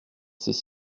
ces